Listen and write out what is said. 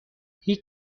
هیچ